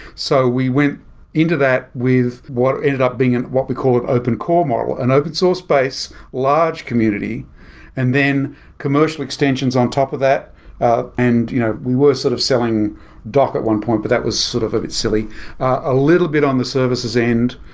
so we went into that with what ended up being in what we call it open core model an open source-base large community and then commercial extensions on top of that ah and you know we were sort of selling docker at one point, but that was sort of a bit silly a little bit on the services end,